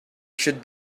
should